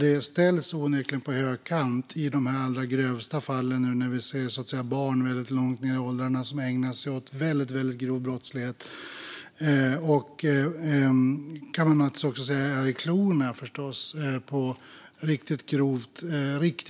Det ställs onekligen på högkant nu när vi ser barn långt ned i åldrarna som ägnar sig åt väldigt grov brottslighet och som är i klorna på riktigt grovt kriminella.